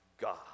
God